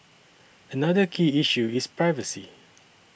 another key issue is privacy